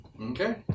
Okay